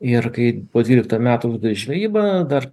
ir kai po dvyliktų metų žvejybą dar